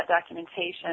documentation